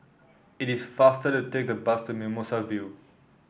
it is faster to take the bus to Mimosa View